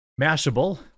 Mashable